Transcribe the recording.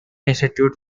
institute